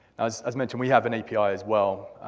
as as mentioned, we have an api as well.